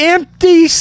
Empty